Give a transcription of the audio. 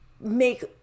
make